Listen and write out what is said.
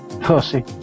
Pussy